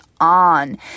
on